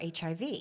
HIV